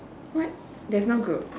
what there's no group